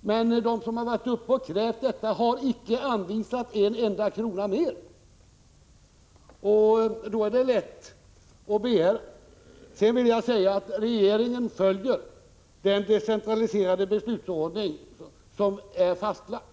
Men de som har krävt detta har inte anvisat en enda krona mer. Då är det lätt att begära. Sedan vill jag säga att regeringen följer den decentraliserade beslutsordning som är fastlagd.